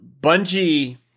Bungie